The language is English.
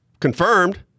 confirmed